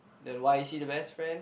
then why is he the best friend